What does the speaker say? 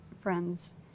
friends